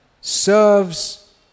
serves